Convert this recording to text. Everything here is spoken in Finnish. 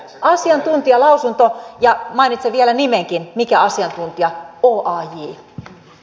asiantuntijalausunto ja mainitsen vielä nimenkin mikä asiantuntija